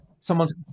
someone's